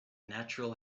natural